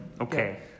okay